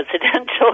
presidential